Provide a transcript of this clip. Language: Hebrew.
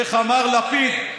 איך אמר לפיד?